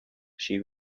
she